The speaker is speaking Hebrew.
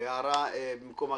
הערה במקומה.